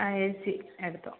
ആ A C എടുത്തോ